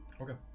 Okay